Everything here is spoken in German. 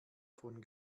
von